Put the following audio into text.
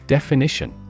Definition